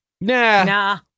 Nah